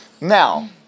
Now